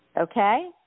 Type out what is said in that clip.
Okay